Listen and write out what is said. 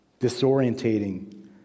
disorientating